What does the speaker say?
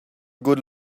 good